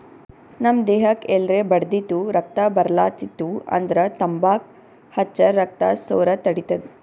ನಮ್ ದೇಹಕ್ಕ್ ಎಲ್ರೆ ಬಡ್ದಿತ್ತು ರಕ್ತಾ ಬರ್ಲಾತಿತ್ತು ಅಂದ್ರ ತಂಬಾಕ್ ಹಚ್ಚರ್ ರಕ್ತಾ ಸೋರದ್ ತಡಿತದ್